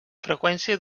freqüència